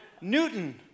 Newton